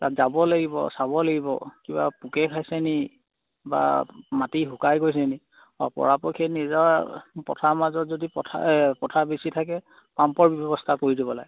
তাত যাব লাগিব চাব লাগিব কিবা পোকে খাইছে নি বা মাটি শুকাই গৈছেনি আৰু পৰাপক্ষে নিজৰ পথাৰ মাজত যদি পথাৰ পথাৰ বেছি থাকে পাম্পৰ ব্যৱস্থা কৰি দিব লাগে